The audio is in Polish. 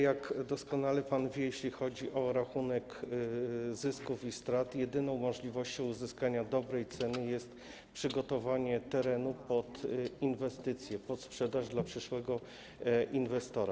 Jak doskonale pan wie, jeśli chodzi o rachunek zysków i strat, jedyną możliwością uzyskania dobrej ceny jest przygotowanie terenu pod inwestycje, pod sprzedaż dla przyszłego inwestora.